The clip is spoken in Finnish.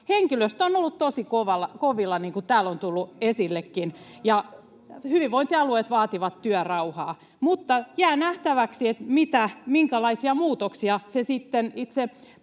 henkilöstö on ollut tosi kovilla, niin kuin täällä on tullut esillekin, ja hyvinvointialueet vaativat työrauhaa. Jää nähtäväksi, minkälaisia muutoksia se itse